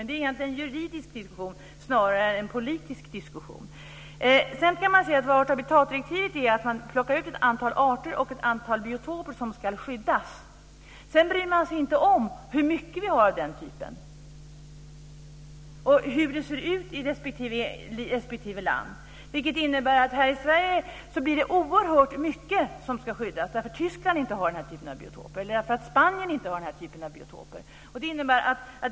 Det är egentligen en juridisk diskussion snarare än en politisk diskussion. Art och habitatdirektivet innebär att man plockar ut ett antal arter och ett antal biotoper som ska skyddas. Sedan bryr man sig inte om hur mycket vi har av den typen och hur det ser ut i respektive land. Det innebär att det här i Sverige blir oerhört mycket som ska skyddas därför att Tyskland inte har den typen av biotoper eller därför att Spanien har den typen av biotoper.